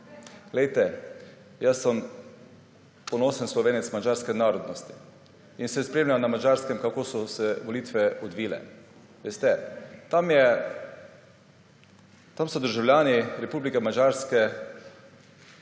Poglejte, jaz sem ponosen Slovenec madžarske narodnosti in sem spremljal na Madžarskem, kako so se volitve odvile. Veste, tam so državljani Republike Madžarske